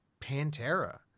Pantera